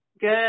Good